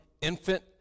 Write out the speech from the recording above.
infant